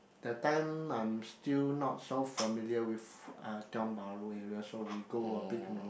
that time I'm still not so familiar with uh Tiong-Bahru area so we go a big round